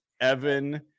Evan